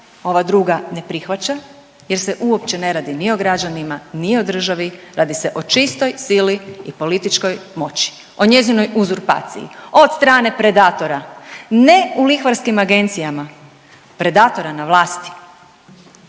ova druga ne prihvaća jer se uopće ne radi ni o građanima, ni o državi, radi se o čistoj sili i političkoj moći, o njezinoj uzurpaciji od strane predatora ne u lihvarskim agencijama, predatora na vlasti.